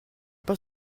pas